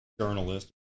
journalist